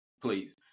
please